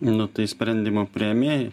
nu tai sprendimų priėmėjai